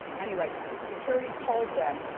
anyway, security told them,